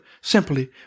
simply